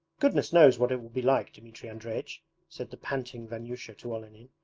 goodness knows what it will be like, dmitri andreich said the panting vanyusha to olenin,